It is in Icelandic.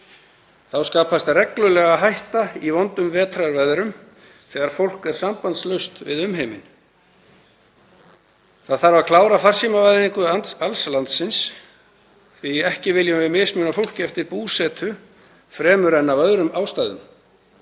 Þá skapast reglulega hætta í vondum vetrarveðrum þegar fólk er sambandslaust við umheiminn. Það þarf að klára farsímavæðingu alls landsins því ekki viljum við mismuna fólki eftir búsetu fremur en af öðrum ástæðum.